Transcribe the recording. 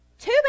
Two